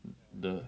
the